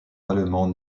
allemand